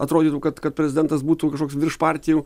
atrodytų kad kad prezidentas būtų kažkoks virš partijų